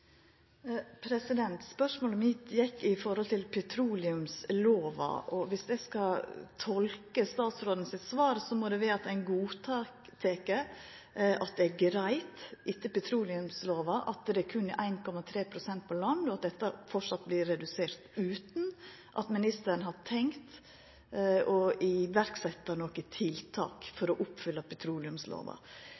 Spørsmålet mitt gjekk på petroleumslova. Dersom eg skal tolka statsrådens svar, må det vera at det er greitt etter petroleumslova at det berre er 1,3 pst. på land, og at dette framleis vert redusert, utan at ministeren har tenkt å setja i verk nokre tiltak for